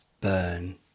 burn